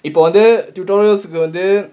இப்போ வந்து:ippo vanthu tutorials கு வந்து:ku vanthu